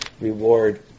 reward